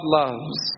loves